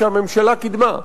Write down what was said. שהממשלה קידמה.